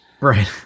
Right